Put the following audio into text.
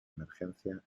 emergencia